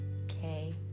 okay